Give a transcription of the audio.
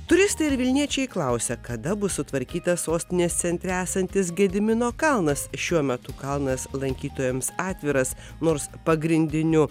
turistai ar vilniečiai klausia kada bus sutvarkyta sostinės centre esantis gedimino kalnas šiuo metu kalnas lankytojams atviras nors pagrindiniu